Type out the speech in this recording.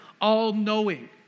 all-knowing